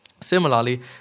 Similarly